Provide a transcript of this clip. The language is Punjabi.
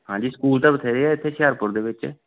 ਹਾਂਜੀ ਸਕੂਲ ਤਾਂ ਬਥੇਰੇ ਹੈ ਇੱਥੇ ਹੁਸ਼ਿਆਰਪੁਰ ਦੇ ਵਿੱਚ